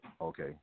okay